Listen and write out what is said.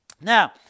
Now